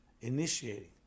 initiating